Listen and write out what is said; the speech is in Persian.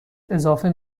اضافه